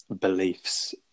beliefs